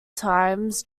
times